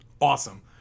awesome